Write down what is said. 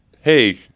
hey –